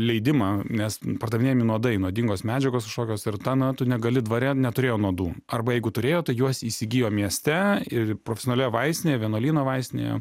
leidimą nes pardavinėjami nuodai nuodingos medžiagos kažkokios ir ten na tu negali dvare neturėjo nuodų arba jeigu turėjo tai juos įsigijo mieste ir profesionalioje vaistinėje vienuolyno vaistinėje